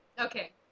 Okay